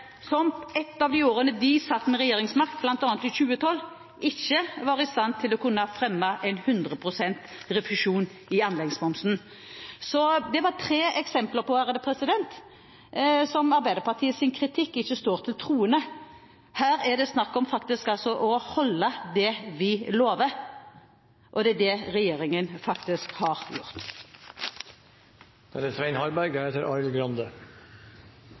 som i de årene de satt med regjeringsmakt, bl.a. i 2012 ikke var i stand til å kunne fremme forslag om 100 pst. refusjon av anleggsmomsen. Dette var tre eksempler der Arbeiderpartiets kritikk ikke står til troende. Her er det snakk om å holde det en lover, og det er det regjeringen har gjort. Det er